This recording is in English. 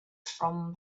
from